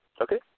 Okay